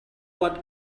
what